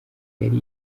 yari